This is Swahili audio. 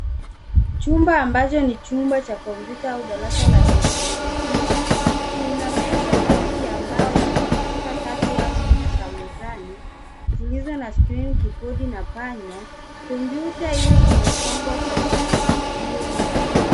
Chumba ambacho ni cha kompyuta au darasa la teknologia ,kuna meza ndefu ya mbao yenye kompyuta tatu au nne za mezani zilizo na skrini, kipuli na panya. Kompyuta hizo zimepangwa kwa mpangilio mzuri.